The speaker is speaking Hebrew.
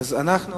אז אני